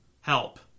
help